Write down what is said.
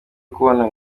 kubona